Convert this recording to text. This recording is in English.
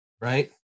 right